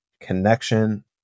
connection